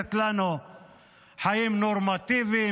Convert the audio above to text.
מאפשרת לנו חיים נורמטיביים,